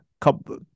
couple